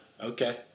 Okay